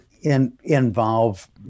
involve